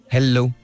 Hello